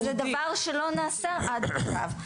זה דבר שלא נעשה עד עכשיו.